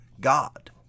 God